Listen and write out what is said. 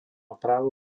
právo